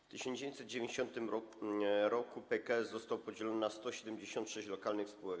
W 1990 r. PKS został podzielony na 176 lokalnych spółek.